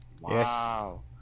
Wow